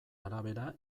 arabera